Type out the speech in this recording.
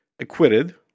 acquitted